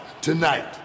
tonight